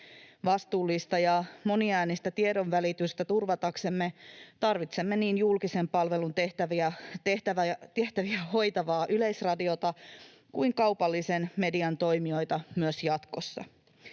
Vastuullista ja moniäänistä tiedonvälitystä turvataksemme tarvitsemme niin julkisen palvelun tehtäviä hoitavaa Yleisradiota kuin kaupallisen median toimijoita myös jatkossa.